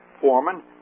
foreman